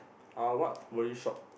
uh what will you shop